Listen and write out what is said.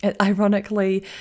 Ironically